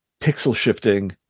pixel-shifting